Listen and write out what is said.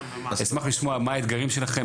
אשמח לשמוע מה האתגרים שלכם,